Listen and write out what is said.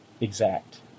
Exact